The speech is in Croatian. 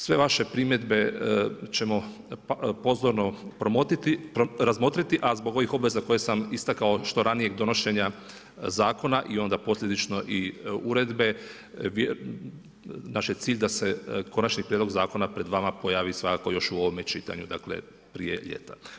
Sve vaše primjedbe ćemo pozorno razmotriti, a zbog ovih obaveza koje sam istaknuo što ranijeg donošenja zakona i onda posljedično i uredbe, naš je cilj da se konačni prijedlog zakona pred vama svakako još u ovome čitanju prije ljeta.